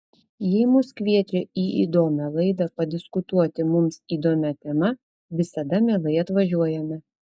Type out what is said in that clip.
jei mus kviečia į įdomią laidą padiskutuoti mums įdomia tema visada mielai atvažiuojame